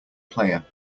player